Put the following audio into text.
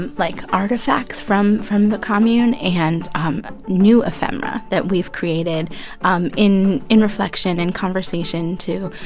and like, artifacts from from the commune and um new ephemera that we've created um in in reflection, in conversation to